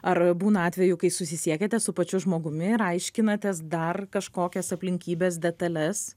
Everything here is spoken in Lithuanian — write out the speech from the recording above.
ar būna atvejų kai susisiekiate su pačiu žmogumi ir aiškinatės dar kažkokias aplinkybes detales